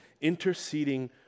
interceding